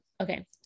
okay